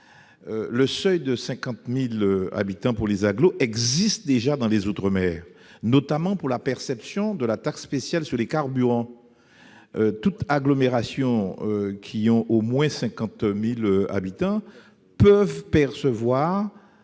le seuil de 50 000 habitants pour les agglomérations existe déjà dans les outre-mer, notamment en matière de perception de la taxe spéciale sur les carburants. Toute agglomération comptant au moins 50 000 habitants peut percevoir